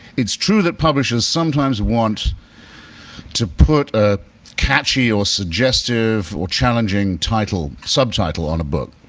it's true that publishers sometimes want to put a catchy or suggestive or challenging title, subtitle on a book.